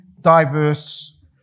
diverse